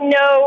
no